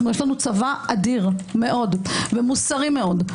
יש לנו צבא אדיר מאוד ומוסרי מאוד.